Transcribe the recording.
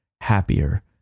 happier